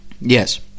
yes